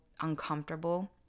uncomfortable